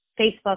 Facebook